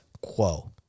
quo